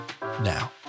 Now